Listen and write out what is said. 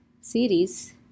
series